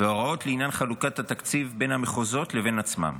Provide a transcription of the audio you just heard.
והוראות לעניין חלוקת התקציב בין המחוזות לבין עצמם.